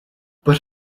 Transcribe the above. but